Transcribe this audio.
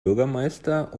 bürgermeister